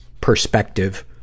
perspective